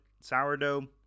sourdough